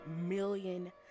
million